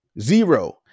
Zero